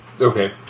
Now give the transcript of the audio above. okay